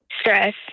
stress